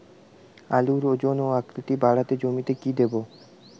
আলুর ওজন ও আকৃতি বাড়াতে জমিতে কি দেবো?